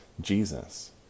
Jesus